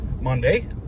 Monday